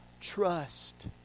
trust